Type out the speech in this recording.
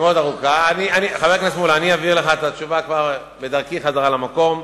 אני אעביר אליך את התשובה בדרכי חזרה למקום.